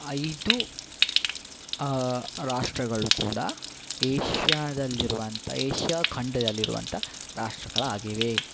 ಐದು ರಾಷ್ಟ್ರಗಳು ಕೂಡ ಏಷ್ಯಾದಲ್ಲಿರುವಂಥ ಏಷ್ಯಾ ಖಂಡದಲ್ಲಿರುವಂಥ ರಾಷ್ಟ್ರಗಳಾಗಿವೆ